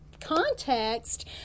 Context